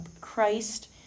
Christ